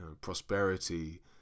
Prosperity